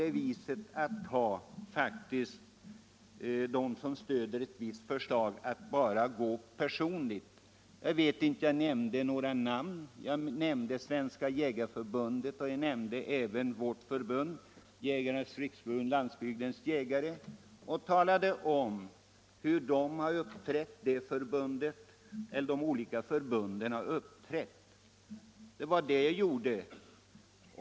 Det är faktiskt fel att göra så att den som stöder ett visst förslag diskuterar mera mot personen än saken. Jag nämnde något namn, och jag nämnde Svenska jägareförbundet och även vårt förbund, Jägarnas riksförbund-Landsbygdens jägare. Och jag talade om hur de olika förbunden hade uppträtt i älgfrågan — det var det jag gjorde.